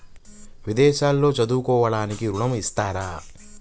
విదేశాల్లో చదువుకోవడానికి ఋణం ఇస్తారా?